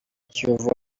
kiyovu